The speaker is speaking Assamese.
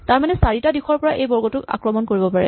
তাৰমানে চাৰিটা দিশৰ পৰা এই বৰ্গটোক আক্ৰমণ কৰিব পাৰে